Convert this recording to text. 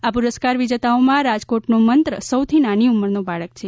આ પુરસ્કાર વિજેતાઓમાં રાજકોટનો મંત્ર સૌથી નાની ઉંમરનો બાળક છે